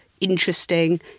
interesting